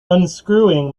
unscrewing